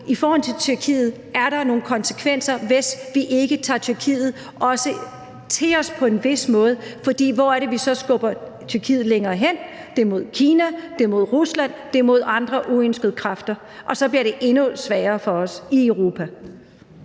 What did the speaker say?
i forhold til Tyrkiet er nogle konsekvenser, hvis vi ikke også tager Tyrkiet til os på en vis måde, for hvor skubber vi så Tyrkiet hen? Det er mod Kina og Rusland og andre uønskede kræfter, og så bliver det endnu sværere for os i Europa.